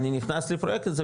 אני נכנס לפרויקט הזה,